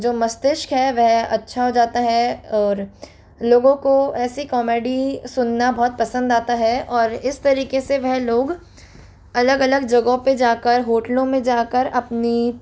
जो मस्तिष्क है वह अच्छा हो जाता है और लोगों को ऐसी कॉमेडी सुनना बहुत पसंद आता है और इस तरीके से वह लोग अलग अलग जगहों पे जाकर होटलों में जाकर अपनी